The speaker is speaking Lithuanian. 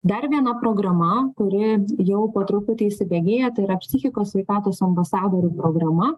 dar viena programa kuri jau po truputį įsibėgėja tai yra psichikos sveikatos ambasadorių programa